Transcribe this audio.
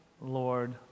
Lord